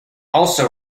also